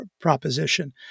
proposition